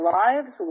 lives